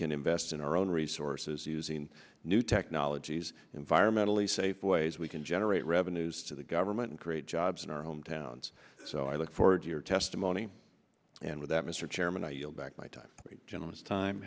can invest in our own resources using new technologies environmentally safe ways we can generate revenues to the government and create jobs in our hometowns so i look forward to your testimony and with that mr chairman i yield back my time gentleman's time